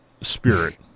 spirit